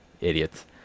Idiots